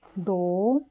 ਦੋ